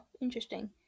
interesting